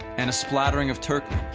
and a splattering of turkmen.